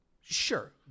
Sure